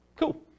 Cool